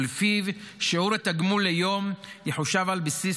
ולפיו שיעור התגמול ליום יחושב על בסיס